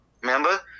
remember